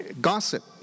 gossip